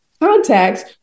contacts